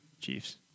Chiefs